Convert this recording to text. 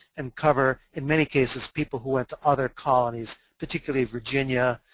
and cover, in many cases, people who went to other colonies particularly virginia,